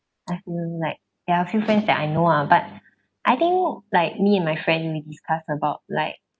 I feel like there are a few friends that I know ah but I think like me and my friend we discuss about like